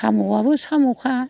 साम' आबो साम'खा